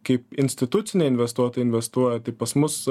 kaip instituciniai investuotojai investuoja tai pas mus